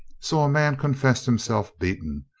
so a man confessed himself beaten,